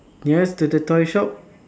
nearest to the toy shop